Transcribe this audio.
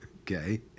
Okay